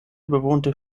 bewohnte